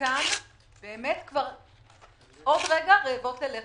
שחלקן עוד רגע רעבות ללחם.